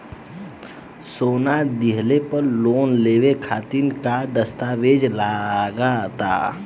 सोना दिहले पर लोन लेवे खातिर का का दस्तावेज लागा ता?